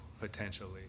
potentially